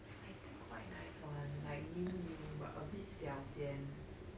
I think quite nice one like new new but a bit 小间